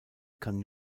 kann